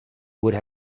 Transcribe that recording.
would